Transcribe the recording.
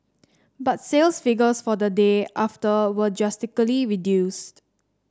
but sales figures for the day after were drastically reduced